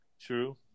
True